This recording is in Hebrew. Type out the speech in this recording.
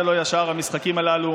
זה לא ישר, המשחקים הללו.